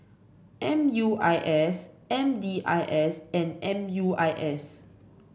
M U I S M D I S and M U I S